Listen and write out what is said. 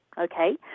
okay